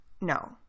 no